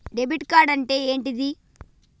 Debit card అంటే ఏంటిది?